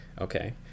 okay